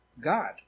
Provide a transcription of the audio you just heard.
God